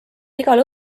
igal